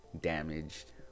damaged